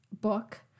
book